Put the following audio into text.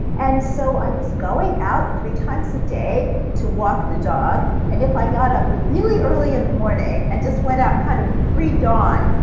and so i was going out three times a day to walk the dog, and if i got up really early in the morning and just went out kind of pre-dawn,